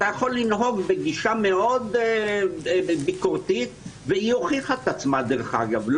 אתה יכול לנהוג בגישה מאוד ביקורתית והיא הוכיחה את עצמה דרך אגב,